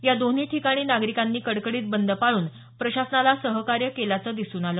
या दोन्ही ठिकाणी नागरिकांनी कडकीत बंद पाळून प्रशासनाला सहकार्य केल्याचं दिसून आलं